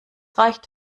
reicht